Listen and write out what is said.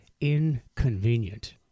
inconvenient